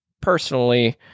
Personally